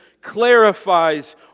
clarifies